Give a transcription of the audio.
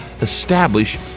establish